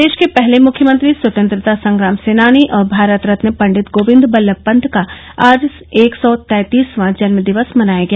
प्रदेश के पहले मुख्यमंत्री स्वतंत्रता संग्राम सेनानी और भारत रत्न पंडित गोविन्द बल्लभ पंत का आज एक सौ तैंतीसवां जन्मदिवस मनाया गया